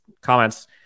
comments